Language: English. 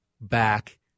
back